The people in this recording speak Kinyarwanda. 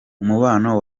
umubano